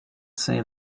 say